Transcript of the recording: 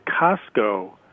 Costco